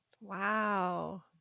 Wow